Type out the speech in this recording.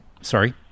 Sorry